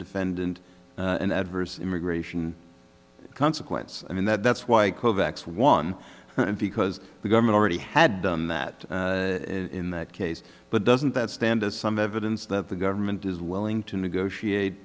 defendant an adverse immigration consequence i mean that's why kovacs won because the government already had done that in that case but doesn't that stand as some evidence that the government is willing to negotiate